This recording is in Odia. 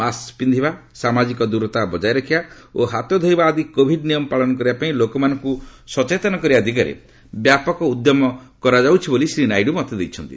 ମାସ୍କ ପିନ୍ଧିବା ସାମାଜିକ ଦୂରତା ବଜାୟ ରଖିବା ଓ ହାତ ଧୋଇବା ଆଦି କୋଭିଡ୍ ନିୟମ ପାଳନ କରିବାପାଇଁ ଲୋକମାନଙ୍କୁ ସଚେତନ କରିବା ଦିଗରେ ବ୍ୟାପକ ଉଦ୍ୟମ କରାଯାଉଛି ବୋଲି ଶ୍ରୀ ନାଇଡ଼ ମତ ଦେଇଛନ୍ତି